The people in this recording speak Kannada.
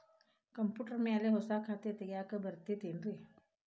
ಕಂಪ್ಯೂಟರ್ ಮ್ಯಾಲೆ ಹೊಸಾ ಖಾತೆ ತಗ್ಯಾಕ್ ಬರತೈತಿ ಏನ್ರಿ?